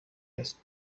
هست